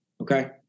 Okay